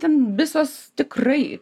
ten visos tikrai